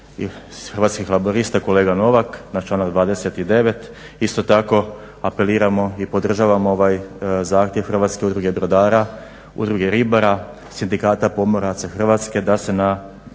Hrvatski laburista kolega Novak na članak 29.. Isto tako apeliramo i podržavamo ovaj zahtjev Hrvatske udruge brodara, Udruge ribara, Sindikata pomoraca Hrvatske da se na